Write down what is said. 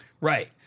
Right